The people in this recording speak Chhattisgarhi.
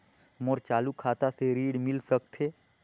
मोर चालू खाता से ऋण मिल सकथे?